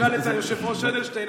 תשאל את היושב-ראש אדלשטיין,